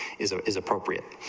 isn't as appropriate,